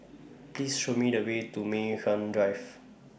Please Show Me The Way to Mei Hwan Drive